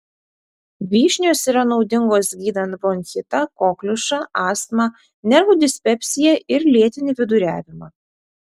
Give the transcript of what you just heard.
vyšnios yra naudingos gydant bronchitą kokliušą astmą nervų dispepsiją ir lėtinį viduriavimą